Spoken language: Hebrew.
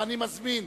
אני מזמין